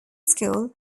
school